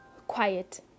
quiet